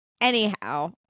anyhow